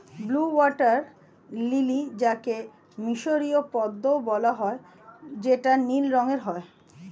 blue water lily যাকে মিসরীয় পদ্মও বলা হয় যেটা নীল রঙের হয়